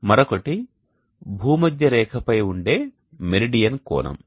మరొకటి భూమధ్య రేఖపై ఉండే మెరిడియన్ కోణం